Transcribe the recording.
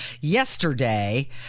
yesterday